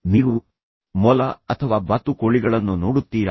ನೀವು ಮೊಲ ಅಥವಾ ಬಾತುಕೋಳಿಗಳನ್ನು ನೋಡುತ್ತೀರಾ